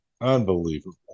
Unbelievable